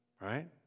Right